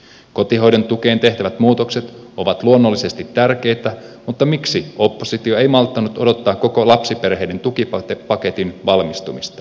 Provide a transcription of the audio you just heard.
kotihoidon tukeen tehtävät muutokset ovat luonnollisesti tärkeitä mutta miksi oppositio ei malttanut odottaa koko lapsiperheiden tukipaketin valmistumista